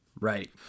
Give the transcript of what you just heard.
Right